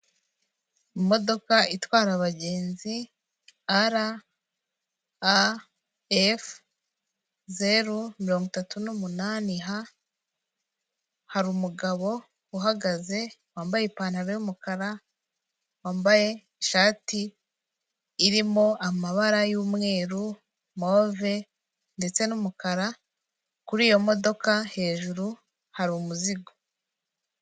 Imodoka itwara abagenzi ara,a,efu, zeru mirongo itatu n'umunani ha, hari umugabo uhagaze wambaye ipantaro y'umukara, wambaye ishati irimo amabara y'umweru, move ndetse n'umukara, kuri iyo modoka hejuru hari umuzigo.